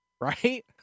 right